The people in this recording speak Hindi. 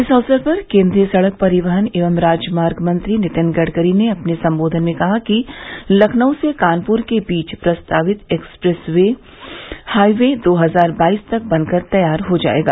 इस अवसर पर केन्द्रीय सड़क परिवहन एवं राजमार्ग मंत्री नितिन गडगरी ने अपने सम्बोधन में कहा कि लखनऊ से कानपुर के बीच प्रस्तावित एक्सप्रेस हाईवे दो हजार बाईस तक बनकर तैयार हो जायेगा